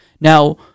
Now